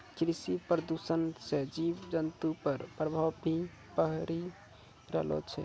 कृषि प्रदूषण से जीव जन्तु पर प्रभाव भी पड़ी रहलो छै